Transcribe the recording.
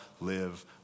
live